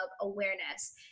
awareness